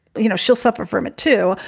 you know, she'll suffer from it, too.